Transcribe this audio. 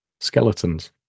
Skeletons